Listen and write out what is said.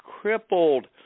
crippled